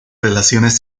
relaciones